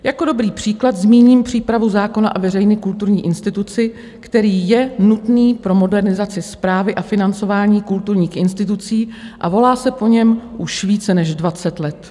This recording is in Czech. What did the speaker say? Jako dobrý příklad zmíním přípravu zákona o veřejné kulturní instituci, který je nutný pro modernizaci správy a financování kulturních institucí a volá se po něm už více než 20 let.